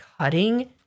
cutting